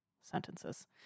sentences